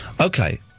Okay